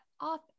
off